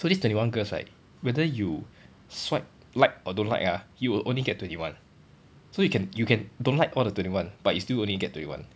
so this twenty one girls right whether you swipe like or don't like ah you will only get twenty one so you can you can don't like all the twenty one but you'll still only get twenty one